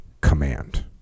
command